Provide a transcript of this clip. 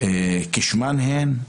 כשמן הן.